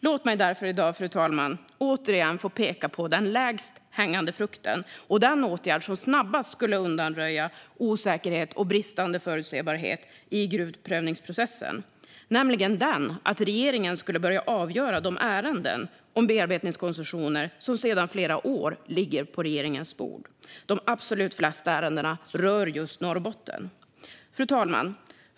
Låt mig därför i dag, fru talman, återigen peka på den lägst hängande frukten och den åtgärd som snabbast skulle undanröja osäkerhet och bristande förutsebarhet i gruvprövningsprocessen. Det handlar om att regeringen ska börja avgöra de ärenden om bearbetningskoncessioner som sedan flera år ligger på regeringens bord. De absolut flesta ärenden rör just Norrbotten. Fru talman!